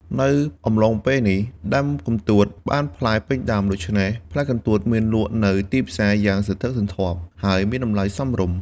នៅអំឡុងពេលនេះ ដើមកន្ទួតបានផ្លែពេញដើម ដូច្នេះផ្លែកន្ទួតមានលក់នៅលើទីផ្សារយ៉ាងសន្ធឹកសន្ធាប់ ហើយមានតម្លៃសមរម្យ។